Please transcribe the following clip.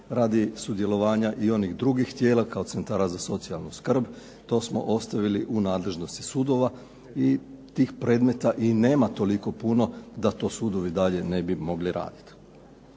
radi sudjelovanja i onih drugih tijela kao centara za socijalnu skrb. To smo ostavili u nadležnosti sudova i tih predmeta i nema toliko puno da to sudovi dalje ne bi mogli raditi.